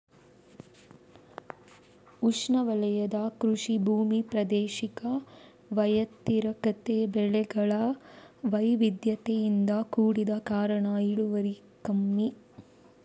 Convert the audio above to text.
ಉಷ್ಣವಲಯದ ಕೃಷಿ ಭೂಮಿ ಪ್ರಾದೇಶಿಕ ವ್ಯತಿರಿಕ್ತತೆ, ಬೆಳೆಗಳ ವೈವಿಧ್ಯತೆಯಿಂದ ಕೂಡಿದ ಕಾರಣ ಇಳುವರಿ ಕಮ್ಮಿ